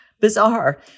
bizarre